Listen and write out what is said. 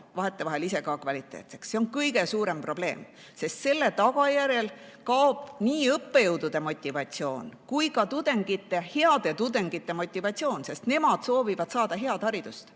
vahetevahel ka ise kvaliteetseks. See on kõige suurem probleem, sest selle tagajärjel kaob nii õppejõudude motivatsioon kui ka tudengite, heade tudengite motivatsioon, sest nemad soovivad saada head haridust,